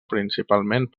principalment